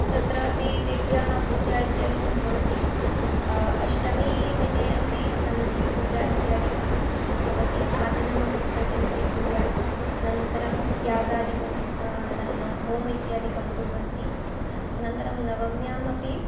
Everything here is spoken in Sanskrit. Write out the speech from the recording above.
तत्रापि देव्याः पूजा इत्यादिकं भवति अष्टमीदिने अपि सन्धिपूजा इत्यादिकं भवति आदिनं प्रचलति पूजा अनन्तरं यागादिकं नाम होम इत्यादिकं कुर्वन्ति अनन्तरं नवम्यामपि